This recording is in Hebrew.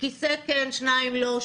כיסא כן שניים לא,